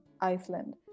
Iceland